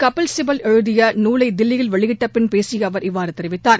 கபில் சிபல் எழுதிய நூலை தில்லியில் வெளியிட்ட பின் பேசிய அவர் இவ்வாறு தெரிவித்தார்